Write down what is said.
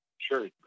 Sure